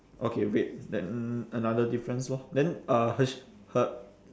okay red then another difference lor then uh her sh~ her